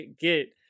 get